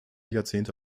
jahrzehnte